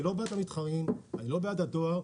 אני לא בעד המתחרים ולא בעד הדואר,